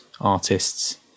artists